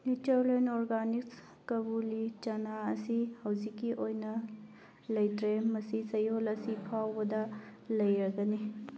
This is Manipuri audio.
ꯅꯦꯆꯔꯂꯦꯟ ꯑꯣꯔꯒꯥꯅꯤꯛꯁ ꯀꯕꯨꯂꯤ ꯆꯅꯥ ꯑꯁꯤ ꯍꯧꯖꯤꯛꯀꯤ ꯑꯣꯏꯅ ꯂꯩꯇ꯭ꯔꯦ ꯃꯁꯤ ꯆꯌꯣꯜ ꯑꯁꯤ ꯐꯥꯎꯕꯗ ꯂꯩꯔꯒꯅꯤ